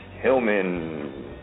Hillman